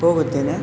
ಹೋಗುತ್ತೇನೆ